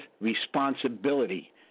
responsibility